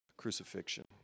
crucifixion